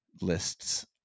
lists